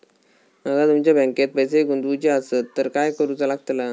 माका तुमच्या बँकेत पैसे गुंतवूचे आसत तर काय कारुचा लगतला?